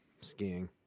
skiing